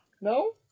no